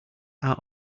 out